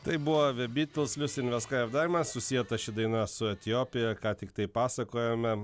tai buvo the beatles lucy in the sky with diamonds susieta ši daina su etiopija ką tiktai pasakojome